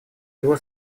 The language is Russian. его